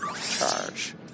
charge